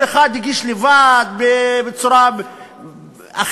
כל אחד הגיש לבד בצורה אחרת.